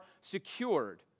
secured